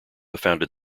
founded